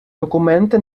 документи